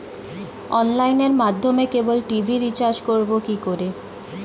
অনলাইনের মাধ্যমে cable TV recharge করব কি করে?